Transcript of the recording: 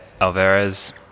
Alvarez